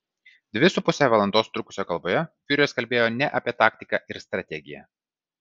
dvi su puse valandos trukusioje kalboje fiureris kalbėjo ne apie taktiką ir strategiją